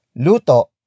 luto